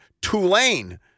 Tulane